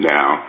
Now